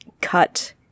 cut